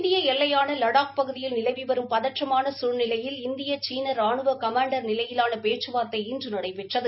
இந்திய எல்லையான லடாக் பகுதியில் நிலவி வரும் பதற்றமான சூழ்நிலையில் இந்திய சீன ராணுவ கமாண்டர் நிலையலான பேச்சுவார்த்தை இன்று நடைபெற்றது